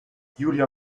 julia